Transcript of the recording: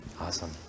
Awesome